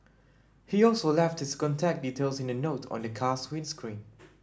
he also left his contact details in a note on the car's windscreen